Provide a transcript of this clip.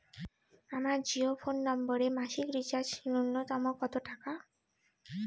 আমার Jio phone নম্বরে মাসিক রিচার্জ নূন্যতম কত টাকা?